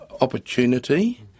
opportunity